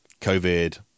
COVID